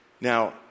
Now